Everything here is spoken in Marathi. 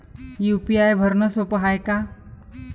यू.पी.आय भरनं सोप हाय का?